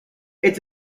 its